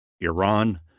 Iran